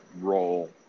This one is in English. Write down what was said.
role